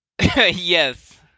Yes